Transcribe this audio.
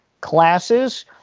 classes